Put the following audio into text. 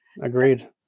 agreed